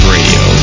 Radio